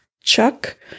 Chuck